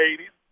80s